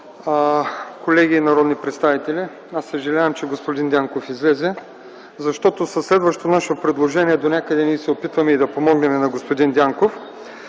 Колеги народни представители! Съжалявам, че господин Дянков излезе, защото със следващото наше предложение донякъде се опитваме да помогнем на господин Дянков.